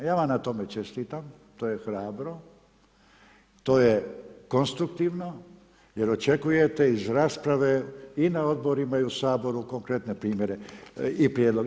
Ja vam na tome čestitam, to je hrabro, to je konstruktivno jer očekujete iz rasprave i na odborima i u Saboru konkretne primjere i prijedloge.